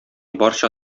барча